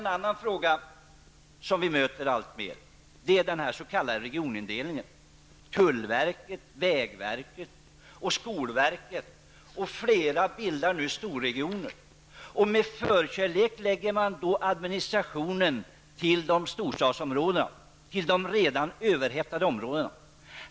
En annan fråga som vi allt oftare möter är den s.k. regionindelningen av bl.a. tullverket, vägverket och skolverket. Flera bildar nu storregioner. Med förkärlek förlägger man då administrationen till storstadsområdena, dvs. de redan överhettade områdena.